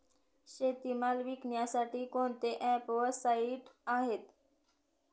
शेतीमाल विकण्यासाठी कोणते ॲप व साईट आहेत?